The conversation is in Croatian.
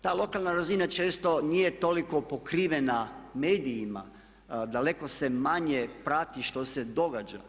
Ta lokalna razina često nije toliko pokrivena medijima, daleko se manje prati što se događa.